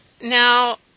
Now